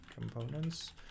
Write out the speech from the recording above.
components